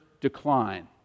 decline